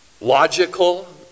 logical